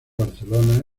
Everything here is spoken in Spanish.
barcelona